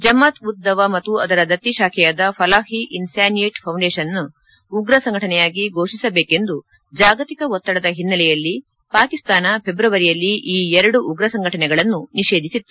ಜಮಾತ್ ಉದ್ ದವಾ ಮತ್ತು ಅದರ ದತ್ತಿ ಶಾಖೆಯಾದ ಫಲಾಹ್ ಇ ಇನ್ಸ್ಥಾನಿಯೇಟ್ ಫೌಂಡೇಷನ್ನ್ನು ಉಗ್ರ ಸಂಘಟನೆಯಾಗಿ ಘೋಷಿಸಬೇಕೆಂದು ಜಾಗತಿಕ ಒತ್ತಡದ ಹಿನ್ನೆಲೆಯಲ್ಲಿ ಪಾಕಿಸ್ತಾನ ಫೆಬ್ರವರಿಯಲ್ಲಿ ಈ ಎರಡು ಉಗ್ರ ಸಂಘಟನೆಗಳನ್ನು ನಿಷೇಧಿಸಿತ್ತು